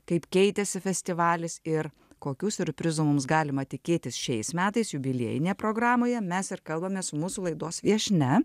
kaip keitėsi festivalis ir kokių siurprizų mums galima tikėtis šiais metais jubiliejinėje programoje mes ir kalbamės mūsų laidos viešnia